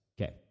Okay